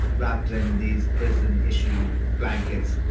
wrapped in these prison-issue blankets.